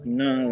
no